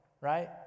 Right